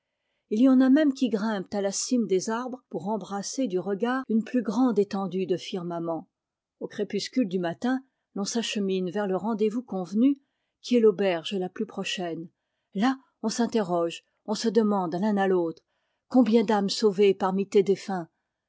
il y en a même qui grimpent à la cime des arbres pour embrasser du regard une plus grande étendue de firmament au crépuscule du matin l'on s'achemine vers le rendez-vous convenu qui est l'auberge la plus prochaine là on s'interroge on se demande l'un à l'autre combien d'âmes sauvées parmi tes défunts